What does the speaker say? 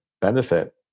benefit